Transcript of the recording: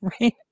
right